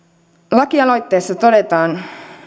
lakialoitteessa todetaan